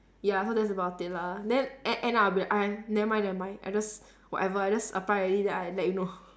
ya so that's about it lah then end end up I'll be ah never mind never mind I just whatever I just apply already then I let you know